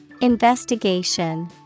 Investigation